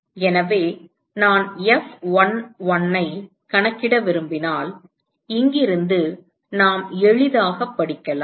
எனவே நான் F11 ஐக் கணக்கிட விரும்பினால் இங்கிருந்து நாம் எளிதாகப் படிக்கலாம்